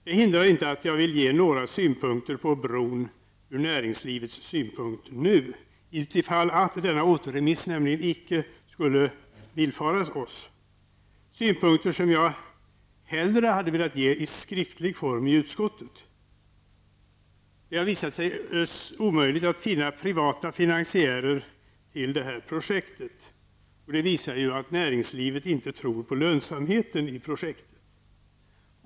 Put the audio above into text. Det hindrar inte att jag vill säga något om bron ur näringslivets synpunkt, utifall att återremiss inte skulle villfaras oss, synpunkter som jag hellre hade velat ge i skriftlig form i utskottet. Det har visat sig omöjligt att finna privata finansiärer till projektet, vilket visar att näringslivet inte tror på lönsamheten i projektet.